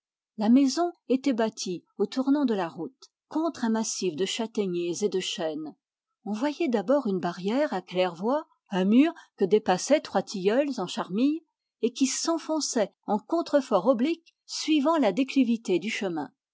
la maison était bâtie au tournant de la route contre un massif de châtaigniers et de chênes on voyait d'abord une porte à claire-voie un mur que dépassaient trois tilleuls en charmille et qui s'enfonçait en contrefort oblique suivant la déclivité du chemin